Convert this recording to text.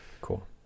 cool